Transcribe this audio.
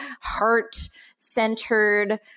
heart-centered